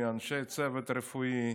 מאנשי צוות רפואי.